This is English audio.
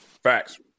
Facts